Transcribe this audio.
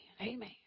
Amen